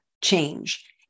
change